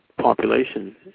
population